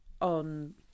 on